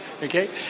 Okay